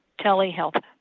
telehealth